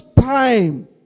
time